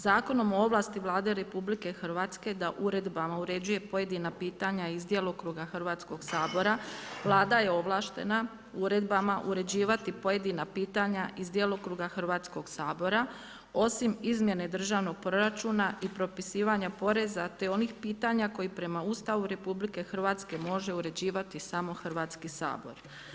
Zakonom o ovlasti Vlade RH da uredbama uređuje pojedina pitanja iz djelokruga Hrvatskog sabora Vlada je ovlaštena uredbama uređivati pojedina pitanja iz djelokruga Hrvatskoga sabora osim izmjene državnog proračuna i propisivanja poreza te onih pitanja koji prema Ustavu RH može uređivati samo Hrvatski sabor.